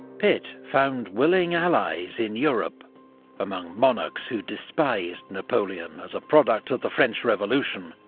pitt found willing allies in europe among monarchs who despised napoleon as a product of the french revolution,